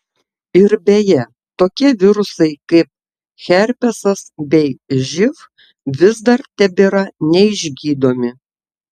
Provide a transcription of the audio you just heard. ir beje tokie virusai kaip herpesas bei živ vis dar tebėra neišgydomi